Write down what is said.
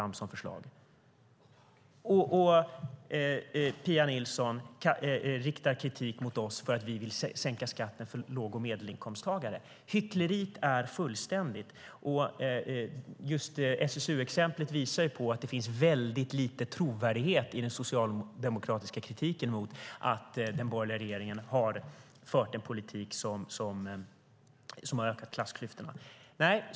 Men Pia Nilsson riktar kritik mot oss för att vi vill sänka skatten för låg och medelinkomsttagare. Hyckleriet är fullständigt. Just SSU-exemplet visar att det finns mycket lite trovärdighet i den socialdemokratiska kritiken mot att den borgerliga regeringen har fört en politik som har ökat klassklyftorna.